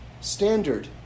standard